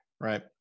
Right